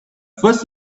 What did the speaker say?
first